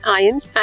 ions